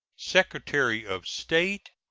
secretary of state,